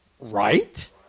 Right